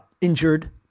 injured